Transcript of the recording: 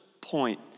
point